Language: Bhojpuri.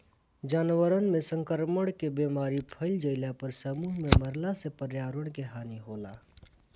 जानवरन में संक्रमण कअ बीमारी फइल जईला पर समूह में मरला से पर्यावरण के हानि होला